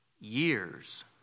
years